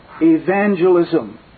evangelism